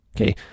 Okay